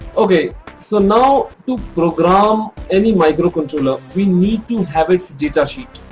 ok so now to program any microcontroller, we need to have its datasheet.